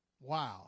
Wow